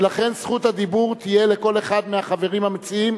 ולכן רשות הדיבור תהיה לכל אחד מהחברים המציעים,